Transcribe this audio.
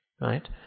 Right